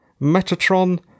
Metatron